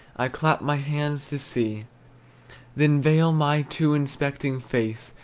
i clap my hands to see then veil my too inspecting face,